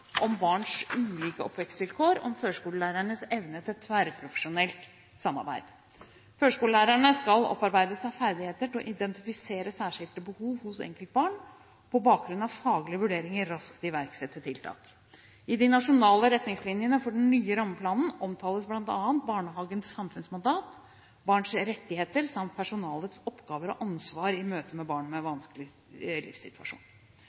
om barns ulike oppvekstvilkår og førskolelærernes evne til tverrprofesjonelt samarbeid. Førskolelærerne skal opparbeide seg ferdigheter til å identifisere særskilte behov hos enkeltbarn og på bakgrunn av faglige vurderinger raskt iverksette tiltak. I de nasjonale retningslinjene for den nye rammeplanen omtales bl.a. barnehagens samfunnsmandat, barns rettigheter samt personalets oppgaver og ansvar i møte med barn